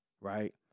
Right